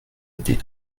été